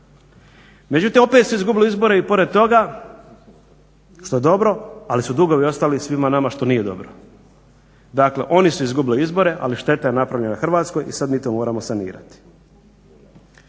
Međutim, opet su izgubili izbore i pored toga što je dobro, ali su dugovi ostali svima nama što nije dobro. Dakle, oni su izgubili izbore, ali šteta je napravljena Hrvatskoj i sad mi to moramo sanirati.